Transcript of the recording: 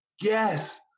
yes